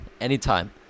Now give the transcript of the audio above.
anytime